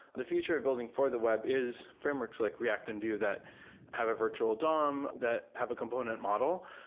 the future of building for the web is frameworks like react and vue that have a virtual dom, that have a component model.